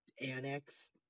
annex